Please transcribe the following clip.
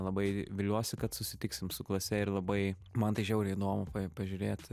labai viliuosi kad susitiksim su klase ir labai man tai žiauriai įdomu pa pažiūrėt